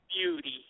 beauty